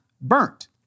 burnt